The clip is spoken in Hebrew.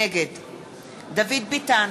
נגד דוד ביטן,